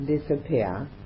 disappear